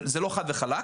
זה לא חד וחלק.